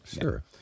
sure